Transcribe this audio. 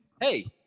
hey